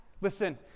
listen